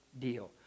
deal